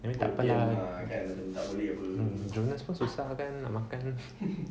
I mean tak payah jonas pun susah kan nak makan